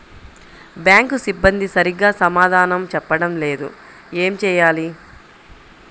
Bank సిబ్బంది సరిగ్గా సమాధానం చెప్పటం లేదు ఏం చెయ్యాలి?